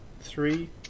three